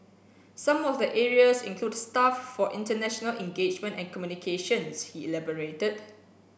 some of the areas include staff for international engagement and communications he elaborated